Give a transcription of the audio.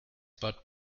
but